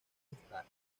esta